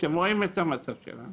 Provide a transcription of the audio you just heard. אתם רואים את המצב שלנו